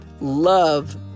love